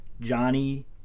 Johnny